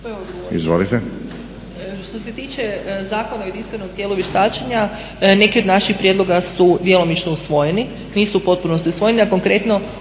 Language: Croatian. Anka** Što se tiče Zakona o jedinstvenom tijelu vještačenja neki od naših prijedloga su djelomično usvojeni, nisu u potpunosti usvojeni, a konkretno